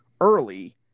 early